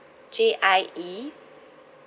J I E